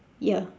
ya